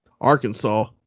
Arkansas